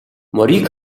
морийг